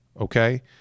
okay